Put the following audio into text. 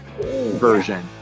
version